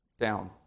down